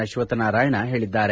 ಅಶ್ವತ್ವನಾರಾಯಣ ಹೇಳಿದ್ದಾರೆ